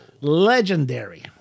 Legendary